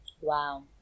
Wow